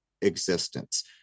existence